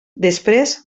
després